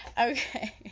Okay